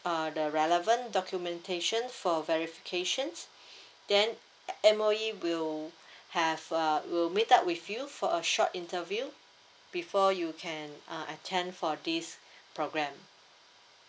uh the relevant documentation for verifications then M_O_E will have uh will meet up with you for a short interview before you can uh attend for this program